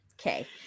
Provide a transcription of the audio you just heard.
okay